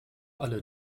alle